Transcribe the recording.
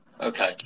Okay